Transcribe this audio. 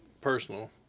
personal